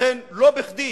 ולכן לא בכדי